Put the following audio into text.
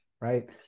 right